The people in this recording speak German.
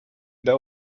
der